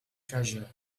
treasure